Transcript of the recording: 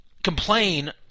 Complain